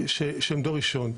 שהם דור ראשון.